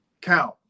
count